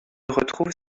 retrouve